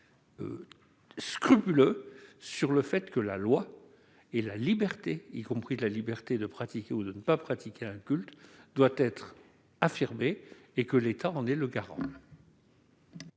scrupuleux sur ce point : la liberté, y compris celle de pratiquer ou de ne pas pratiquer un culte, doit être affirmée, et l'État en est le garant.